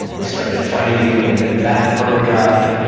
we started fighting, and then that broke up.